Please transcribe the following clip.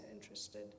interested